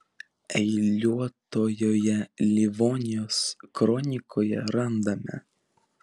eiliuotojoje livonijos kronikoje randame